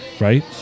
right